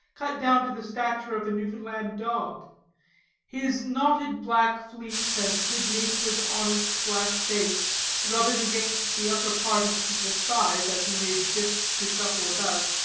cut down to the stature of a newfoundland dog his knotted black fleece and good-natured, honest black face rubbing against the upper part of people's thighs as he made shift to shuffle about,